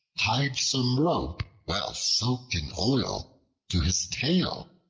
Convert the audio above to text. tied some rope well soaked in oil to his tail,